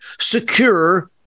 secure